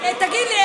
תגיד לי,